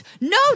No